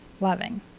loving